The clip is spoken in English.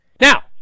Now